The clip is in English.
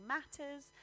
Matters